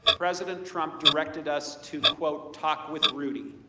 president trump directed us to, quote, talk with rudy.